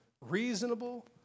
reasonable